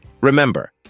Remember